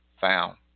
found